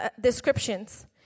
descriptions